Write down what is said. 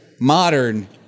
modern